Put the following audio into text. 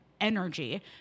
energy